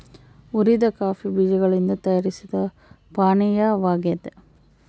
ಹುರಿದ ಕಾಫಿ ಬೀಜಗಳಿಂದ ತಯಾರಿಸಿದ ಪಾನೀಯವಾಗ್ಯದ